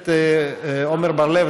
הכנסת עמר בר-לב,